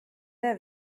der